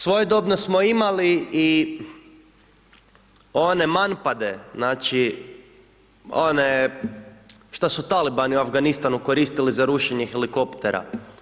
Svojedobno smo imali i one manpade, znači, one šta su talibani u Afganistanu koristili za rušenje helikoptera.